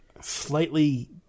slightly